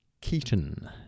Keaton